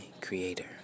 creator